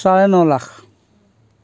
চাৰে ন লাখ